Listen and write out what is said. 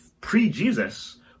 pre-Jesus